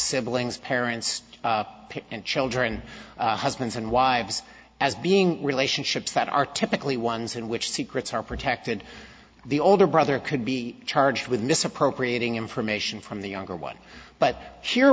siblings parents and children husbands and wives as being relationships that are typically ones in which secrets are protected the older brother could be charged with misappropriating information from the younger one but